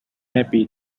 happy